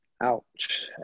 Ouch